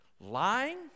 lying